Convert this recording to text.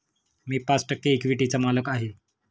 मी पाच टक्के इक्विटीचा मालक आहे